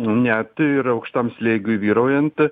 net ir aukštam slėgiui vyraujant